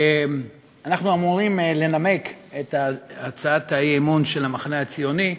אנחנו אמורים לנמק את הצעת האי-אמון של המחנה הציוני,